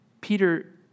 Peter